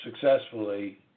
successfully